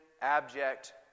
abject